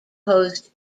host